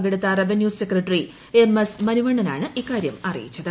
പങ്കെടുത്ത revenue secretary M S മനിവണ്ണനാണ് ഇക്കാര്യം അറിയിച്ചത്